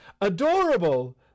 adorable